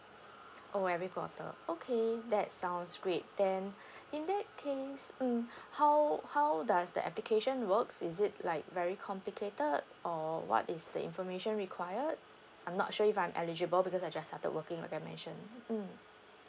oh every quarter okay that sounds great then in that case mm how how does the application works is it like very complicated or what is the information required I'm not sure if I'm eligible because I just started working like I mentioned mm